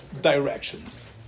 directions